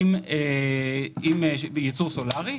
עם ייצור סולרי.